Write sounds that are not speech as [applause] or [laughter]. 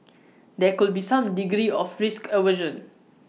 [noise] there could be some degree of risk aversion